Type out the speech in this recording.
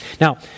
Now